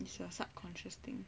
is your subconscious thing